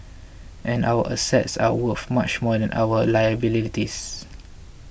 and our assets are worth much more than our liabilities